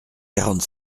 quarante